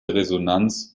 resonanz